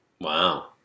Wow